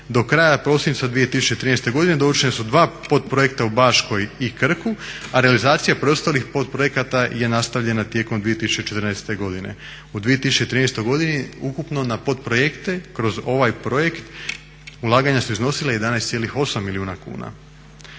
Do kraja prosinca 2013. godine dovršena su dva podprojekta u Baškoj i Krku, a realizacija preostalih podprojekata je nastavljena tijekom 2014. godine. U 2013. godini ukupno na podprojekte kroz ovaj projekt ulaganja su iznosila 11,8 milijuna kuna.